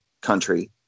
country